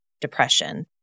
depression